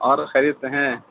اور خریدتے ہیں